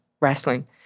wrestling